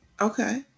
Okay